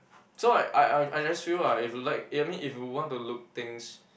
so I I I I just feel like if you like I mean if you want to look things